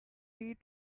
eat